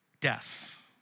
death